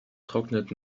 trocknet